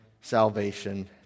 salvation